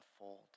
unfold